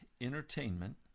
entertainment